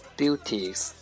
beauties